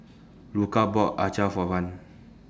Luka bought Acar For Van